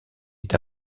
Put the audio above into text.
est